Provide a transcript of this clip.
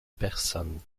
personnes